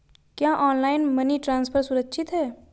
क्या online money transfer सुरक्षित है?